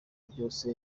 byose